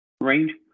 range